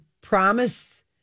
promise